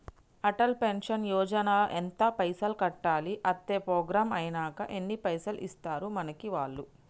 Atal pension Yojana ల ఎంత పైసల్ కట్టాలి? అత్తే ప్రోగ్రాం ఐనాక ఎన్ని పైసల్ ఇస్తరు మనకి వాళ్లు?